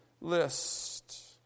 list